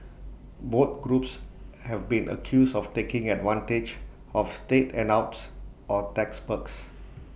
both groups have been accused of taking advantage of state handouts or tax perks